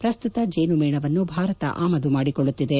ಪ್ರಸ್ತುತ ಜೇನು ಮೇಣವನ್ನು ಭಾರತ ಆಮದು ಮಾಡಿಕೊಳ್ಳುತ್ತಿದೆ